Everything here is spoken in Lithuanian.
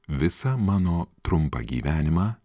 visą mano trumpą gyvenimą